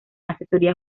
asesoría